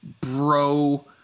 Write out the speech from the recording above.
bro